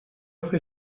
fer